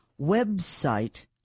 Website